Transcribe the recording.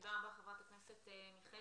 תודה רבה, חברת הכנסת מיכאלי.